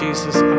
Jesus